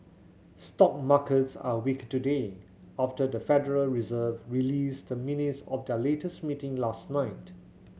stock markets are weaker today after the Federal Reserve released the minutes of their latest meeting last night